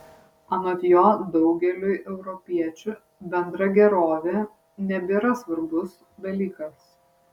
anot jo daugeliui europiečių bendra gerovė nebėra svarbus dalykas